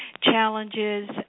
challenges